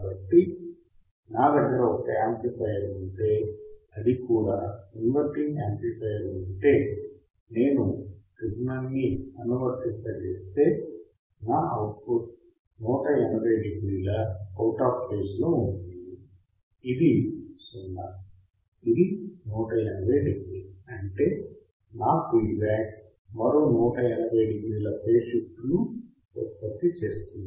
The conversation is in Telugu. కాబట్టి నా దగ్గర ఒక యాంప్లిఫయర్ ఉంటే అది కూడా ఇన్వర్టింగ్ యాంప్లిఫైయర్ ఉంటే నేను సిగ్నల్ అనువర్తింపజేస్తే నా అవుట్పుట్ 180 డిగ్రీల అవుటాఫ్ ఫేజ్ లో ఉంటుంది ఇది 0 ఇది 180 డిగ్రీ అంటే నా ఫీడ్బ్యాక్ మరో 180 డిగ్రీల ఫేజ్ షిఫ్ట్ ను ఉత్పత్తి చేస్తుంది